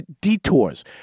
detours